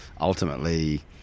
ultimately